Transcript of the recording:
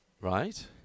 Right